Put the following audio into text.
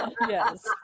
Yes